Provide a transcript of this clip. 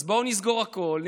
אז בואו נסגור הכול,